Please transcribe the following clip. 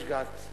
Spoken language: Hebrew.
יש גז,